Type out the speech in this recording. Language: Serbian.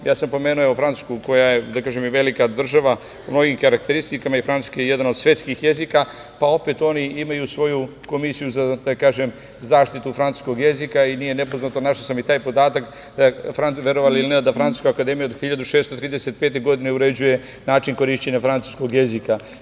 Pomenuo sam i Francusku koja je velika država, po mnogim karakteristikama, francuski je jedan od svetskih jezika, pa opet oni imaju svoju komisiju za zaštitu francuskog jezika i nije nepoznato, našao sam i taj podatak, verovali ili ne, da Francuska akademija od 1635. godine uređuje način korišćenja francuskog jezika.